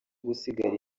gusigara